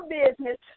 business